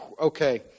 Okay